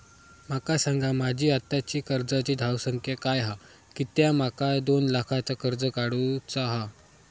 माका सांगा माझी आत्ताची कर्जाची धावसंख्या काय हा कित्या माका दोन लाखाचा कर्ज काढू चा हा?